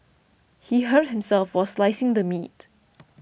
he hurt himself while slicing the meat